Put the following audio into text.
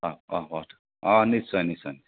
অ অ অ অ নিশ্চয় নিশ্চয়